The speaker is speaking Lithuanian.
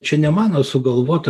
čia ne mano sugalvota